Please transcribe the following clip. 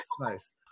nice